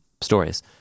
stories